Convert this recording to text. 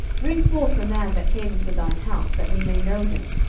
bring forth the man that came into thine house, that we may know him.